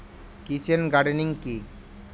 Kitchen gardening কি?